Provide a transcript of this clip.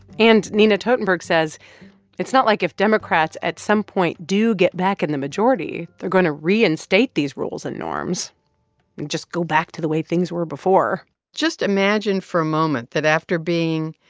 and nina totenberg says it's not like if democrats, at some point, do get back in the majority, they're going to reinstate these rules and norms and just go back to the way things were before just imagine for a moment that after being,